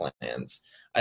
plans